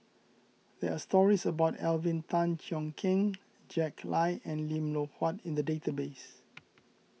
there are stories about Alvin Tan Cheong Kheng Jack Lai and Lim Loh Huat in the database